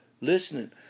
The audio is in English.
Listening